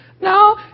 no